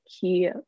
key